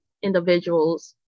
individuals